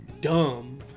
dumb